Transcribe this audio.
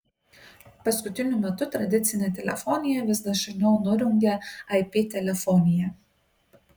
paskutiniu metu tradicinę telefoniją vis dažniau nurungia ip telefonija